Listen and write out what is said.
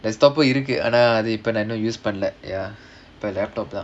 desktop இருக்கு ஆனா இப்போ நான் அத:irukku aanaa ippo naan adha use பண்ணல:pannala laptop ya